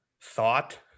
thought